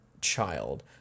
child